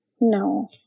No